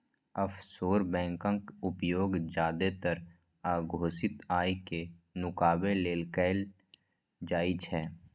offshore बैंकक उपयोग जादेतर अघोषित आय कें नुकाबै लेल कैल जाइ छै